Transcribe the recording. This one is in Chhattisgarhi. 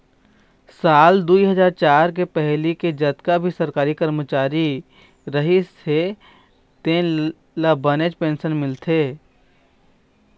साल दुई हजार चार के पहिली के जतका भी सरकारी करमचारी रहिस हे तेन ल बनेच पेंशन मिलथे